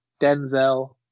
Denzel